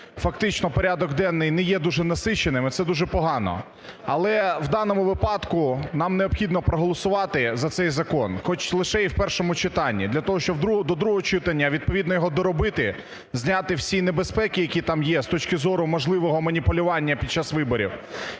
фактично порядок денний не є дуже насиченим, і це дуже погано. Але в даному випадку нам необхідно проголосувати за цей закон, хоч лише і в першому читанні, для того щоб до другого читання відповідно його доробити, зняти всі небезпеки, які там є, з точки зору можливого маніпулювання під час виборів,